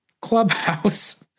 clubhouse